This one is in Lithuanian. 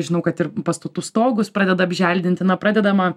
žinau kad ir pastatų stogus pradeda apželdinti na pradedama